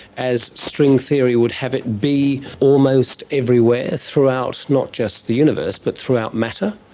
as string theory would have it, be almost everywhere throughout not just the universe but throughout matter?